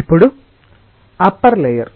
ఇప్పుడు upper layer